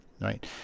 right